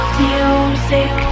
music